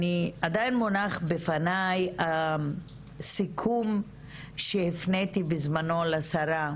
עדיין מונח בפניי סיכום שהפניתי בזמנו לשרה,